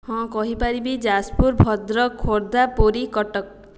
ହଁ କହିପାରିବି ଯାଜପୁର ଭଦ୍ରକ ଖୋର୍ଦ୍ଧା ପୁରୀ କଟକ